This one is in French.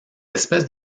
espèces